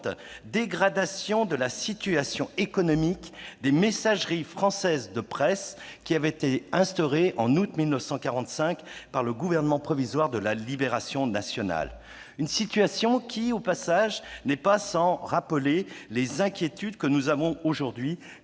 dégradation de la situation économique des Messageries françaises de presse, qui avaient été instaurées en août 1945 par le Gouvernement provisoire de la République française, situation qui, au passage, n'est pas sans rappeler nos inquiétudes actuelles quant